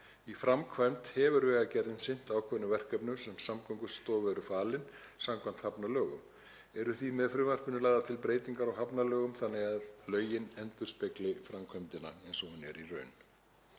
Í framkvæmd hefur Vegagerðin sinnt ákveðnum verkefnum sem Samgöngustofu eru falin samkvæmt hafnalögum. Eru því með frumvarpinu lagðar til breytingar á hafnalögum þannig að lögin endurspegli framkvæmdina eins og hún er í raun.